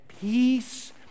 peace